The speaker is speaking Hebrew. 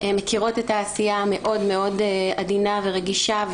מכירות את העשייה המאוד מאוד עדינה ורגישה,